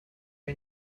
pas